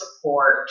support